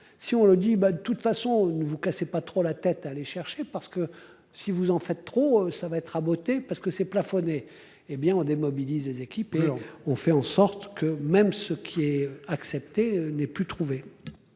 si on le dit bah de toute façon, ne vous cassez pas trop la tête à aller chercher parce que si vous en faites trop, ça va être raboté parce que c'est plafonné. Hé bien on démobilise les équipes, on fait en sorte que même ce qui est accepté n'ait plus trouvé.